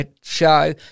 show